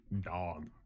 dog